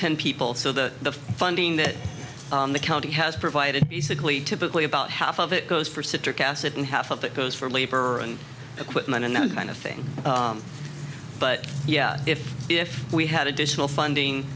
ten people so the funding that the county has provided basically typically about half of it goes for citric acid and half of that goes for labor and equipment and the kind of thing but yeah if if we had additional funding